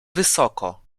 wysoko